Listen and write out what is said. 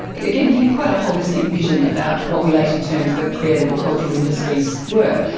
again, he had quite a holistic vision about what we later termed the creative or cultural industries were.